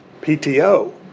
PTO